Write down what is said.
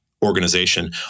organization